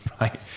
right